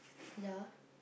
ya